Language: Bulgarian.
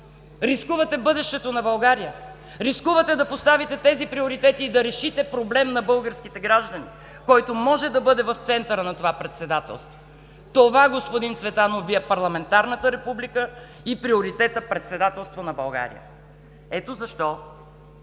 рискувате бъдещето на България, рискувате да поставите тези приоритети и да решите проблем на българските граждани, който може да бъде в центъра на това председателство. Това, господин Цветанов, Ви е парламентарната република и приоритетът „Председателство на България“. Ето защо,